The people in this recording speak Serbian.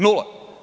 Nula.